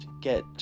get